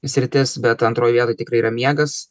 sritis bet antroj vietoj tikrai yra miegas